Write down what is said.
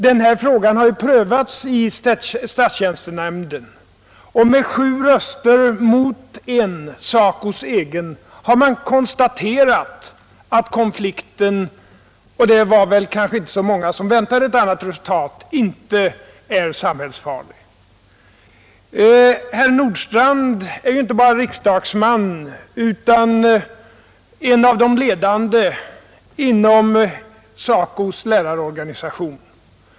Denna fråge har prövats i statstjänstenämnden och med sju röster mot en, SACO s egen, har man konstaterat att konflikten — och det var kanske inte så många som väntat ett annat resultat — inte är samhällsfarlig. Herr Nordstrandh är ju inte bara riksdagsman utan en av de ledande inom SACO:s lärarorganisation.